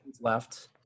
left